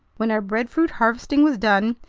when our breadfruit harvesting was done,